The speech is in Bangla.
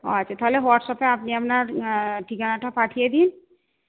ও আচ্ছা তাহলে হোয়াটসঅ্যাপে আপনি আপনার ঠিকানাটা পাঠিয়ে দিন